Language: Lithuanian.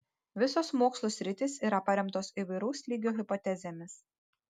visos mokslų sritys yra paremtos įvairaus lygio hipotezėmis